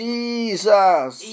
Jesus